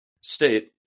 state